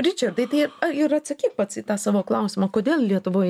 ričardai tai ir atsakyk pats į tą savo klausimą kodėl lietuvoj